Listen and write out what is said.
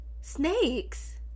snakes